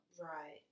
Right